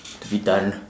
to be done